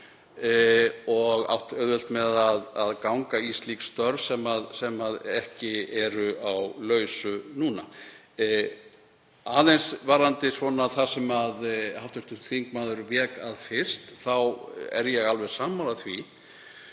og átt auðvelt með að ganga í slík störf sem ekki eru á lausu núna. Aðeins varðandi það sem hv. þingmaður vék að fyrst. Ég er alveg sammála því,